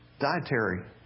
Dietary